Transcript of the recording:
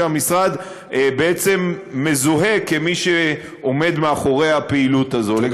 שבו המשרד בעצם מזוהה כמי שעומד מאחורי הפעילות הזאת.